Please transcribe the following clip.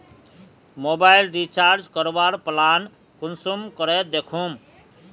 Mobile recharge करवार plan कुंसम करे दखुम?